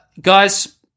Guys